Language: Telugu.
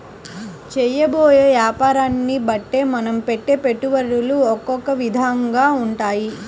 చేయబోయే యాపారాన్ని బట్టే మనం పెట్టే పెట్టుబడులు ఒకొక్క విధంగా ఉంటాయి